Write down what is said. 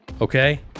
Okay